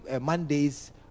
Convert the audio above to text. Mondays